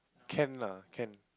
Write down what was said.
can lah can